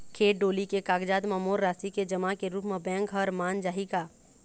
खेत डोली के कागजात म मोर राशि के जमा के रूप म बैंक हर मान जाही का?